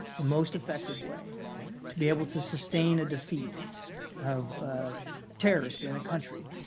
the most effective way to be able to sustain a defeat of terrorists in a country,